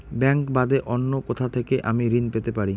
Bank বাদে অন্য কোথা থেকে আমি ঋন পেতে পারি?